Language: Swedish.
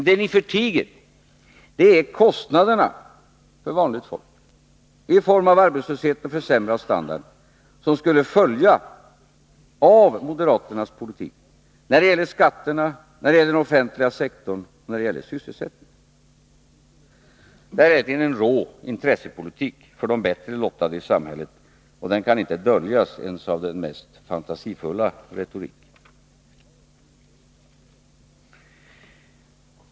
Det ni då förtiger är kostnaderna för vanligt folk i form av arbetslöshet och försämrad standard som skulle följa av moderaternas politik när det gäller skatterna, den offentliga sektorn och sysselsättningen. Det är verkligen en rå intressepolitik, till förmån för de bättre lottade i samhället. Det kan inte döljas ens av den mest fantasifulla retorik.